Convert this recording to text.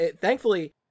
Thankfully